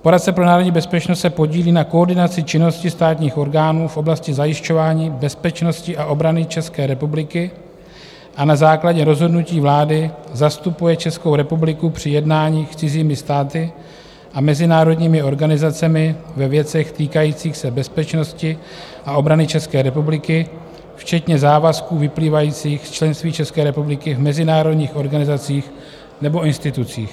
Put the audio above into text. Poradce pro národní bezpečnost se podílí na koordinaci činnosti státních orgánů v oblasti zajišťování bezpečnosti a obrany České republiky a na základě rozhodnutí vlády zastupuje Českou republiku při jednáních s cizími státy a mezinárodními organizacemi ve věcech týkajících se bezpečnosti a obrany České republiky, včetně závazků vyplývajících z členství České republiky v mezinárodních organizacích nebo institucích.